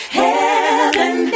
heaven